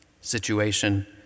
situation